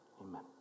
Amen